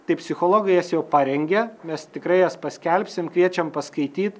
tai psichologai jas jau parengė mes tikrai jas paskelbsim kviečiam paskaityt